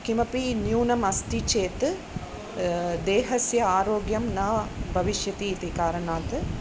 किमपि न्यूनमस्ति चेत् देहस्य आरोग्यं न भविष्यति इति कारणात्